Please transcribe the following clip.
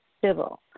civil